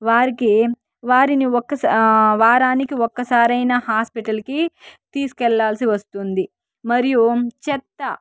వారికి వారిని ఒక్కసా వారానికి ఒక్కసారయినా హాస్పిటల్కి తీసుకెళ్లాల్సి వస్తుంది మరియు చెత్త